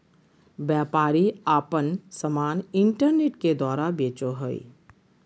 व्यापारी आपन समान इन्टरनेट के द्वारा बेचो हइ